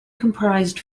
comprised